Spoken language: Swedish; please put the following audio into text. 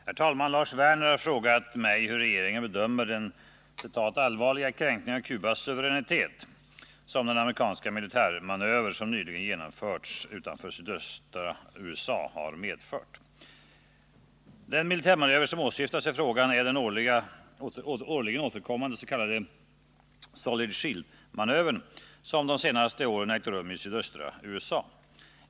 Herr talman! Lars Werner har frågat mig hur regeringen bedömer den ”allvarliga kränkning av Cubas suveränitet” som den amerikanska militärmanöver som nyligen genomförts utanför sydöstra USA har medfört. Den militärmanöver som åsyftas i frågan är den årligen återkommande s.k. Solid Shield-manövern som de senaste åren ägt rum i sydöstra USA.